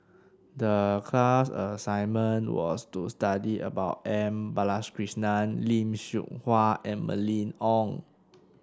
the class assignment was to study about M Balakrishnan Lim Seok Hui and Mylene Ong